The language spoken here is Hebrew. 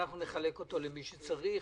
אנחנו נחלק אותו למי שצריך.